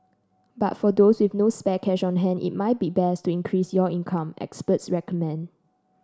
but for those with no spare cash on hand it might be best to increase your income experts recommend